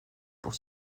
pour